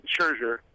Scherzer